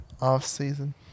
Off-season